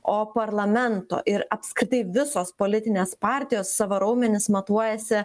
o parlamento ir apskritai visos politinės partijos savo raumenis matuojasi